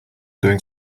doing